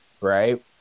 right